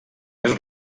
més